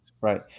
right